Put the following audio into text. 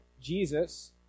jesus